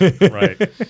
right